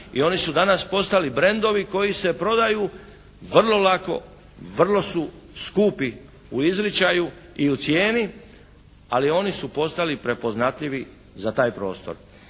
i oni su danas postali brendovi koji se prodaju vrlo lako, vrlo su skupi u izričaju i u cijeni. Ali oni su postali prepoznatljivi za taj prostor.